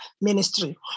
ministry